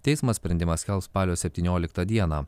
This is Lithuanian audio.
teismas sprendimą skelbs spalio septynioliktą dieną